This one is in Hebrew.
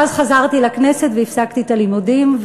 ואז חזרתי לכנסת והפסקתי את הלימודים,